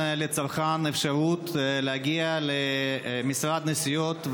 במשך 40 שנה בעצם נתן לצרכן אפשרות להגיע למשרד נסיעות,